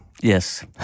Yes